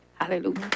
Hallelujah